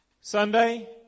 Sunday